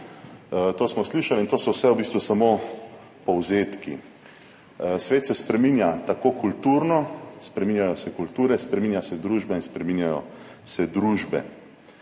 To smo slišali in to so vse v bistvu samo povzetki. Svet se spreminja tako kulturno, spreminjajo se kulture, spreminja se družba in spreminjajo se družbe.